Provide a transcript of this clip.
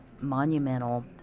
monumental